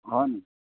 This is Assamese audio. হয় নেকি